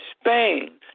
Spain